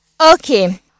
Okay